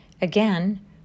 Again